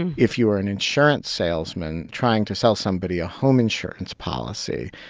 and if you were an insurance salesman trying to sell somebody a home insurance policy,